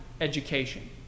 education